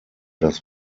das